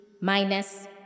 minus